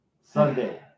Sunday